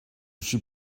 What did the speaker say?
suis